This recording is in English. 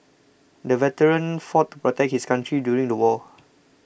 the veteran fought to protect his country during the war